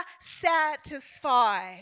satisfy